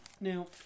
Now